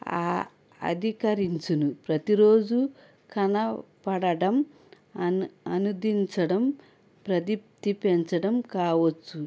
అధికరించును ప్రతిరోజు కనపడడం అను అనుదించడం ప్రదీప్తి పెంచడం కావచ్చు